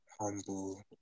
humble